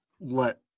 let